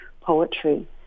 poetry